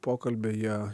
pokalbiai jie